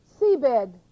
Seabed